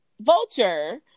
vulture